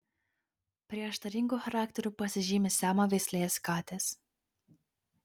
prieštaringu charakteriu pasižymi siamo veislės katės